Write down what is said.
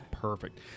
Perfect